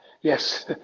yes